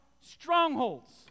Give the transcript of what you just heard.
strongholds